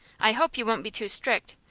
i hope you won't be too strict.